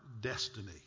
destiny